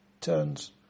turns